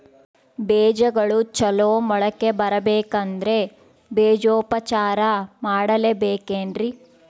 ಬೇಜಗಳು ಚಲೋ ಮೊಳಕೆ ಬರಬೇಕಂದ್ರೆ ಬೇಜೋಪಚಾರ ಮಾಡಲೆಬೇಕೆನ್ರಿ?